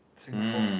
Singapore